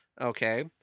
Okay